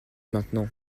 maintenant